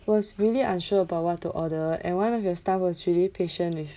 was really unsure about what to order and one of your staff was really patient with